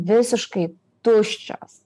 visiškai tuščios